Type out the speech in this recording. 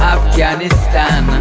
Afghanistan